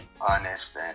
honest